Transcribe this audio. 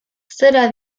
zera